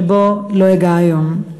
שבו לא אגע היום.